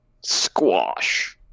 Squash